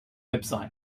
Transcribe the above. website